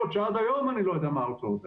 שעד היום אני לא יודע מה ההוצאות האלה.